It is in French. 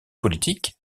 politiques